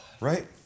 Right